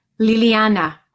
Liliana